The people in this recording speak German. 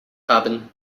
haben